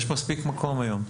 דבר.